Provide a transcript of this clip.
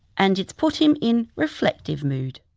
and it's put him in reflective mood